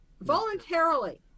voluntarily